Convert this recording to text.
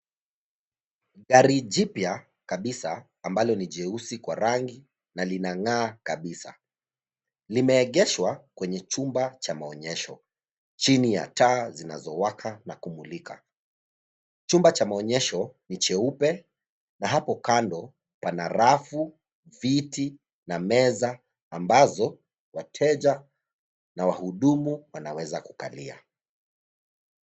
Gari jipya kabisa, ambalo ni jeusi kwa rangi, na linang'aa kabisa. Limeegeshwa, kwenye chumba cha maonyesho, chini ya taa zinazowaka na kumulika. Chumba cha maonyesho, ni cheupe. Na hapo kando, pana rafu, viti, na meza, ambazo wateja na wahudumu wanaweza kukalia.